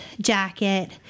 jacket